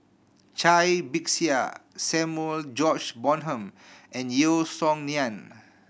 Cai Bixia Samuel George Bonham and Yeo Song Nian